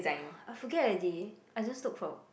I forget already I just look for